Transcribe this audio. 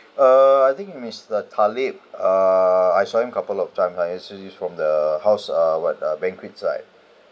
uh I think mister Talib uh I saw him couple of times I see him from the house uh what uh banquet side